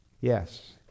Yes